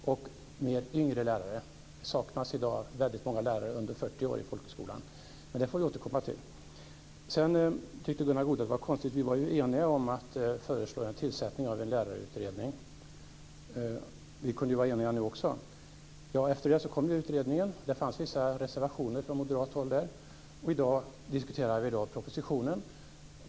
Man behöver fler yngre lärare också. Det saknas i dag väldigt många lärare under 40 år i folkhögskolan. Men det får vi återkomma till. Sedan var det en annan sak som Gunnar Goude tyckte var konstig. Vi var ju eniga om att föreslå en tillsättning av en lärarutredning. Då kunde vi ju vara eniga nu också. Utredningen kom, och det fanns vissa reservationer från moderat håll där. I dag diskuterar vi propositionen.